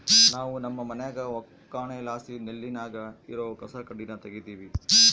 ನಾವು ನಮ್ಮ ಮನ್ಯಾಗ ಒಕ್ಕಣೆಲಾಸಿ ನೆಲ್ಲಿನಾಗ ಇರೋ ಕಸಕಡ್ಡಿನ ತಗೀತಿವಿ